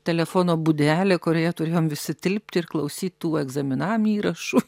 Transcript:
telefono būdelė kurioje turėjom visi tilpti ir klausyt tų egzaminam įrašų